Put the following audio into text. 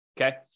okay